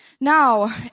Now